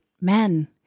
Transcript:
men